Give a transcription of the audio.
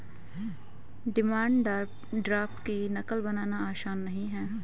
demand draft की नक़ल बनाना आसान नहीं है